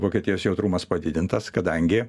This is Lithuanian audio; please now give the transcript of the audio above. vokietijos jautrumas padidintas kadangi